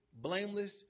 blameless